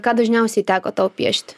ką dažniausiai teko tau piešti